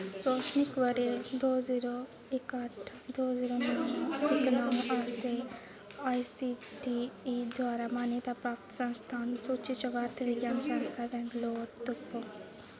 शैक्षणिक ब'रे दो जीरो इक अट्ठ दो जीरो नौ इक नौ आस्तै आईसीटीई द्वारा मान्यता प्राप्त संस्थान सूची च भारतीय विज्ञान संस्थान बैंगलोर तुप्पो